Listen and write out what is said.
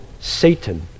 Satan